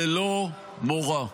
ללא מורא.